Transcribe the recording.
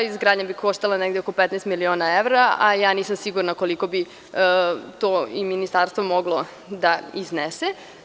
Izgradnja bi koštala negde oko 15 miliona evra,a ja nisam sigurna koliko bi to i Ministarstvo moglo da iznese.